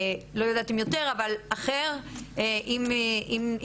לא יודעת אם יותר אבל בטוח שאחר ועם דגשים